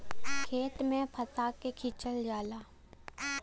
खेत में फंसा के खिंचल जाला